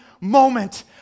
moment